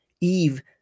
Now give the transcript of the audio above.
Eve